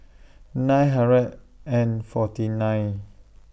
nine hundred and forty nine